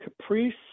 Caprice